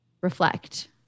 reflect